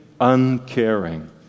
uncaring